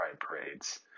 parades